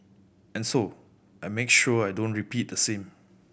and so I make sure I don't repeat the thing